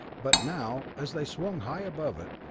but now, as they swung high above it,